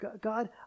God